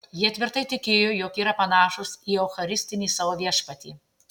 jie tvirtai tikėjo jog yra panašūs į eucharistinį savo viešpatį